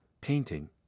painting